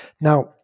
Now